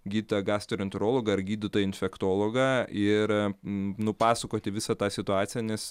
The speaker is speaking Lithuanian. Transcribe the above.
gydytoją gastroenterologą ar gydytoją infektologą ir nupasakoti visą tą situaciją nes